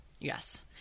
Yes